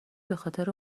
بخاطر